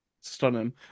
stunning